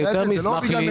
אני יותר מאשר